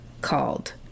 called